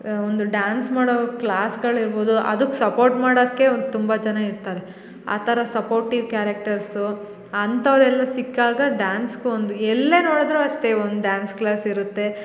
ಒಂದು ಡಾನ್ಸ್ ಮಾಡ್ವಾಗ ಕ್ಲಾಸ್ಗಳಿರ್ಬೋದು ಅದಕ್ಕೆ ಸಪೋಟ್ ಮಾಡಕ್ಕೆ ಒಂದು ತುಂಬ ಜನ ಇರ್ತಾರೆ ಆ ಥರ ಸಪೋಟೀವ್ ಕ್ಯಾರಕ್ಟರ್ಸು ಅಂಥವ್ರೆಲ್ಲ ಸಿಕ್ಕಾಗ ಡಾನ್ಸ್ಗು ಒಂದು ಎಲ್ಲೆ ನೋಡಿದ್ರೂ ಅಷ್ಟೆ ಒಂದು ಡಾನ್ಸ್ ಕ್ಲಾಸ್ ಇರುತ್ತೆ